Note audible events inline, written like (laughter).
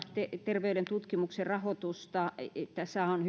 terveyden tutkimuksen rahoitusta tässähän on (unintelligible)